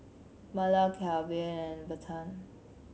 Myrle Calvin and Bethann